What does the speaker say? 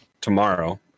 tomorrow